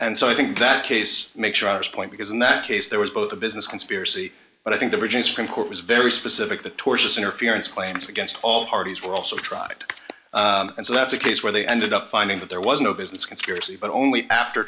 and so i think that case make sure point because in that case there was both a business conspiracy but i think the region supreme court was very specific the tortious interference claims against all parties were also tried and so that's a case where they ended up finding that there was no business conspiracy but only after